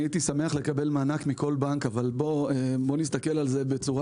הייתי שמח לקבל מענק מכל בנק אבל בוא נסתכל על זה בצורה אחרת.